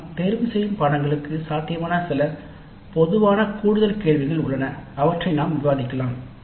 ஆனால் தேர்ந்தெடுக்கப்பட்ட பாடநெறிகளுக்கு சாத்தியமான சில பொதுவான கூடுதல் கேள்விகள் உள்ளன அவற்றை நாம் விவாதிக்கலாம்